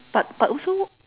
but but also